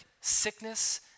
sickness